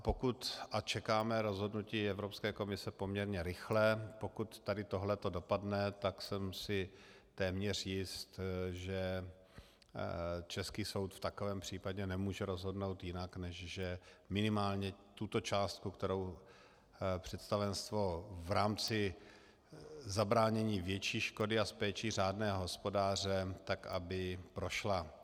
A pokud a čekáme rozhodnutí Evropské komise poměrně rychlé pokud tady tohleto dopadne, tak jsem si téměř jist, že český soud v takovém případě nemůže rozhodnout jinak, než že minimálně tuto částku, kterou představenstvo v rámci zabránění větší škody a s péčí řádného hospodáře, tak aby prošla.